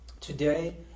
Today